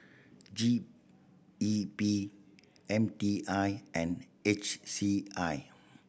G E P M T I and H C I